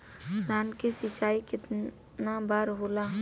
धान क सिंचाई कितना बार होला?